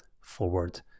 forward